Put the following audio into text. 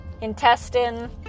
intestine